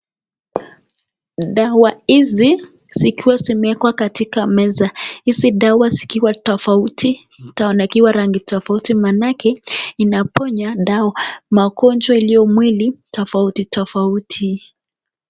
Dawa hizi zikiwa zimewekwa katika meza, hizi dawa zikiwa tofauti zkiwa rangi tofauti maanake, inaponya dawa magonjwa iliyo mwili, tofautitofauti.